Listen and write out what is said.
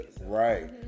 right